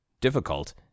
difficult